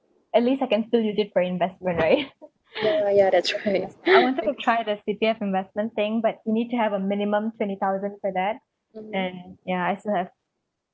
at least I can still use it for investment right I wanted to try the C_P_F investment thing but you need to have a minimum twenty thousand for that and ya I still